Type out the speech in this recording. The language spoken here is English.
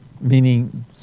meaning